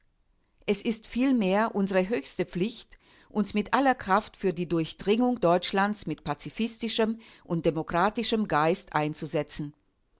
es ist vielmehr unsere höchste pflicht uns mit aller kraft für die durchdringung deutschlands mit pazifistischem und demokratischem geist einzusetzen